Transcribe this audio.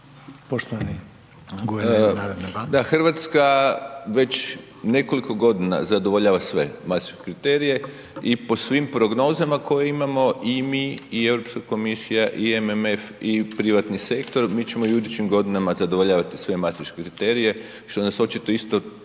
Poštovani guverner Narodne banke.